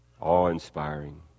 awe-inspiring